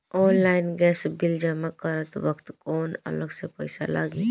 Online gas bill जमा करत वक्त कौने अलग से पईसा लागी?